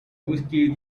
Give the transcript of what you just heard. whiskey